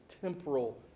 temporal